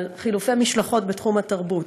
על חילופי משלחות בתחום התרבות,